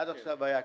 עד עכשיו היה כסף.